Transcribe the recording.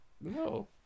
No